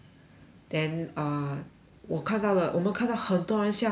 then uh 我看到了我们看到很多人下来 eh